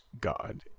God